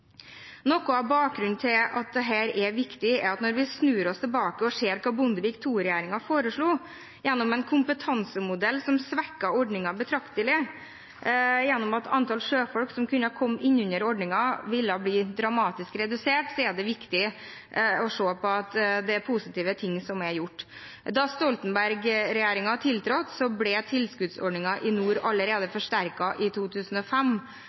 Når vi snur oss tilbake og ser hva Bondevik II-regjeringen foreslo gjennom en kompetansemodell som svekket ordningen betraktelig ved at antall sjøfolk som kunne komme innunder ordningen, ville bli dramatisk redusert, er det viktig å se at positive ting er gjort. Etter at Stoltenberg-regjeringen tiltrådte, ble tilskuddsordningen i nord forsterket allerede i 2005,